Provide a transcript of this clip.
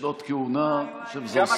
אני חושב שזאת זכות.